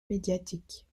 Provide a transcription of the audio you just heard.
médiatique